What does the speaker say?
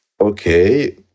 okay